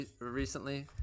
recently